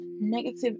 negative